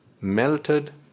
melted